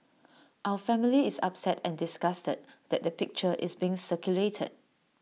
our family is upset and disgusted that the picture is being circulated